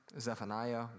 Zephaniah